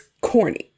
corny